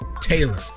Taylor